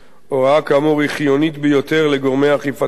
הוראה כאמור היא חיונית ביותר לגורמי אכיפת החוק